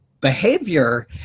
behavior